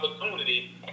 opportunity